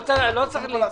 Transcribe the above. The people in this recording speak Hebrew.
אמרתי: לחשוב.